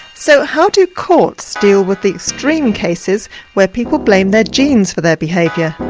so how do courts deal with the extreme cases where people blame their genes for their behaviour,